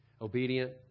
obedient